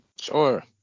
Sure